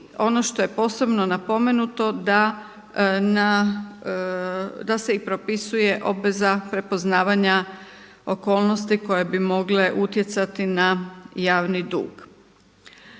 ono što je posebno napomenuto da se i propisuje obveza prepoznavanja okolnosti koje bi mogle utjecati na javni dug.